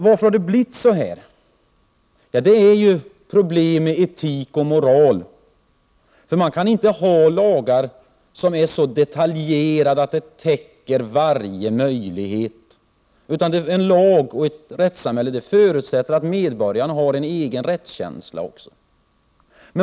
Varför har det då blivit så här? Ja, det handlar ju om etik och moral. Man kan inte stifta lagar som är så detaljerade att de täcker in allting. Lagen och rättssamhället förutsätter att medborgarna själva har en rättskänsla.